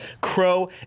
Crow